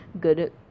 good